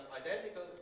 identical